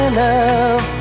love